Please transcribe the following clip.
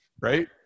right